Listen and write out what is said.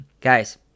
Guys